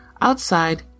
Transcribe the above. Outside